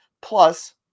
Plus